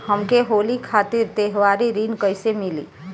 हमके होली खातिर त्योहारी ऋण कइसे मीली?